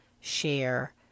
share